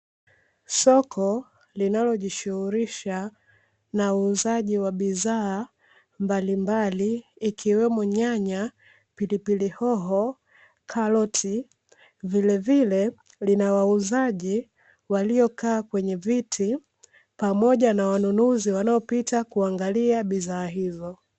Soko linalojishughulisha na uuzaji wa bidhaa mbalimbali ikiwemo: nyanya, pilipili hoho, karoti, vilevile lina wauzaji waliokaa kwenye viti , pamoja na wanunuzi wanaopita kuangalia bidhaa hizo.